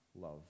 love